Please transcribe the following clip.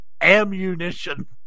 ammunition